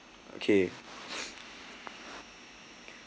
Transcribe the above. okay